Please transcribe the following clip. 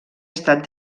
estat